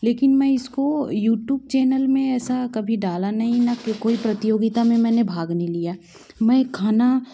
लेकिन मैं इसको यूटूब चेनल में एसा कभी डाला नहीं ना कि कोई प्रतियोगिता में मैंने भाग नहीं लिया मैं खाना